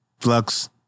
flux